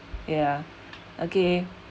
ya okay